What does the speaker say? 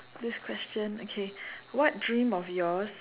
this question okay what dream of yours